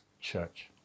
church